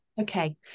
Okay